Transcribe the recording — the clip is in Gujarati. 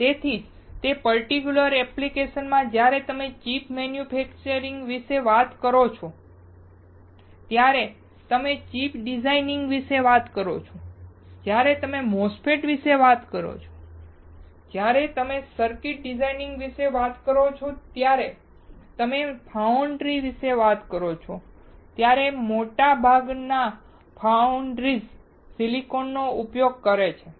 તેથી જ તે પર્ટિક્યુલર એપ્લિકેશનમાં જ્યારે તમે ચિપ મેન્યુફેક્ચરિંગ વિશે વાત કરો છો જ્યારે તમે ચિપ ડિઝાઇનિંગ વિશે વાત કરો છો જ્યારે તમે MOSFETs વિશે વાત કરો છો જ્યારે તમે સર્કિટ ડિઝાઇનિંગ વિશે વાત કરો છો જ્યારે તમે ફાઉન્ડ્રી વિશે વાત કરો છો ત્યારે મોટાભાગના ફાઉન્ડ્રીઝ સિલિકોન નો ઉપયોગ કરે છે